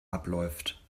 abläuft